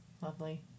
Lovely